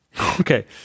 Okay